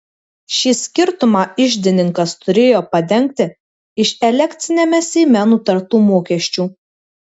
šį skirtumą iždininkas turėjo padengti iš elekciniame seime nutartų mokesčių